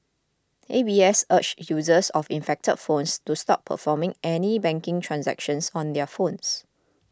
A B S urged users of infected phones to stop performing any banking transactions on their phones